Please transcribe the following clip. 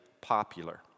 popular